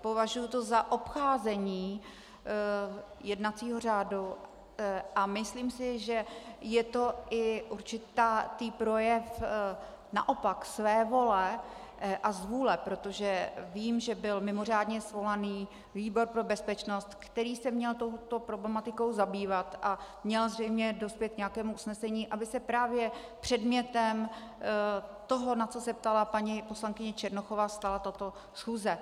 Považuji to za obcházení jednacího řádu a myslím si, že je to i určitý projev naopak svévole a zvůle, protože vím, že byl mimořádně svolaný výbor pro bezpečnost, který se měl touto problematikou zabývat a měl zřejmě dospět k nějakému usnesení, aby se právě předmětem toho, na co se ptala paní poslankyně Černochová, stala tato schůze.